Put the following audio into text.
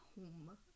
home